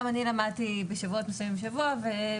גם אני למדתי בשבועות מסוימים שבוע,